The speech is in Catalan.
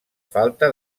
falta